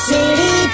City